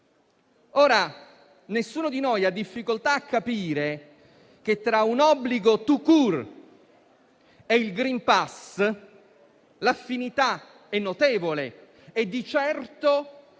Ora, nessuno di noi ha difficoltà a capire che tra un obbligo *tout court* e il *green pass* l'affinità è notevole e di certo,